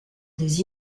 des